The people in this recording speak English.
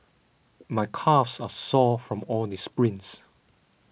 my calves are sore from all the sprints